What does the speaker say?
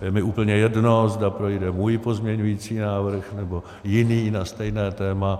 Je mi úplně jedno, zda projde můj pozměňovací návrh, nebo jiný na stejné téma.